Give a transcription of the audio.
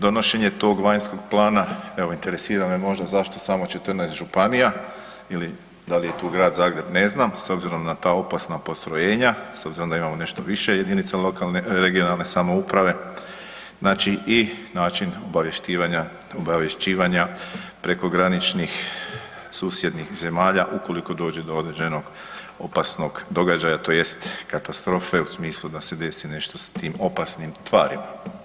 Donošenje tog vanjskog plana evo interesira me možda zašto samo 14 županija ili da li je tu Grad Zagreb ne znam s obzirom na ta opasna postrojenja, s obzirom da imamo nešto više jedinica lokalne, regionalne samouprave, znači i način obavješćivanja prekograničnih susjednih zemalja ukoliko dođe do određenog opasnog događaja tj. katastrofe u smislu da se desi nešto s tim opasnim tvarima?